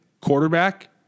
quarterback